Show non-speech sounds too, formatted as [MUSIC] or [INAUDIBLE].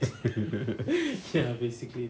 [LAUGHS]